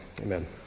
Amen